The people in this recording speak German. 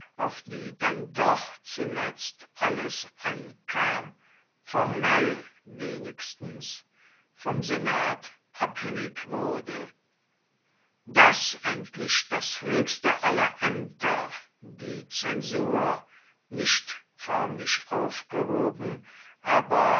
auf die denn doch zuletzt alles ankam formell wenigstens vom senat abhängig wurde daß endlich das höchste aller ämter die zensur nicht förmlich aufgehoben aber